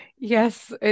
Yes